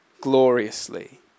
gloriously